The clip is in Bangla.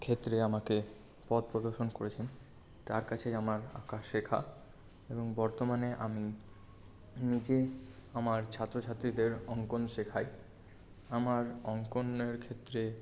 ক্ষেত্রে আমাকে পথ প্রদর্শন করেছেন তার কাছেই আমার আঁকা শেখা এবং বর্তমানে আমি নিজে আমার ছাত্রছাত্রীদের অঙ্কন শেখাই আমার অঙ্কনের ক্ষেত্রে